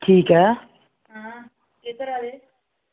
ठीक ऐ